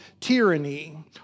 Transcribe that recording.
tyranny